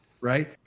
Right